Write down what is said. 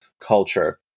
culture